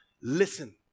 listen